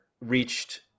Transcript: reached